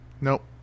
nope